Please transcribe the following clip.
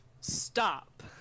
stop